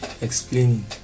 explaining